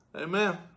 Amen